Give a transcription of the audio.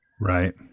Right